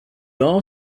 all